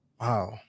Wow